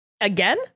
Again